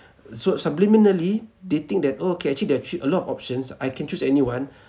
so subliminally they think that oh K actually there are three a lot of options I can choose anyone